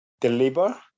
deliver